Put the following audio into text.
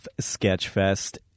Sketchfest